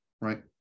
right